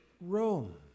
Rome